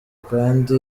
kandi